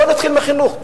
בוא נתחיל בחינוך.